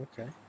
Okay